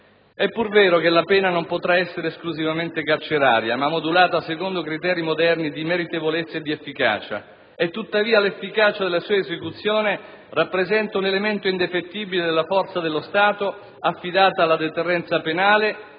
È pur vero che la pena non potrà essere esclusivamente carceraria ma modulata secondo criteri moderni di meritevolezza e di efficacia, tuttavia l'efficacia della sua esecuzione rappresenta un elemento indefettibile della forza dello Stato affidata alla deterrenza penale